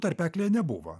tarpeklyje nebuvo